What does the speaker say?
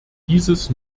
dieses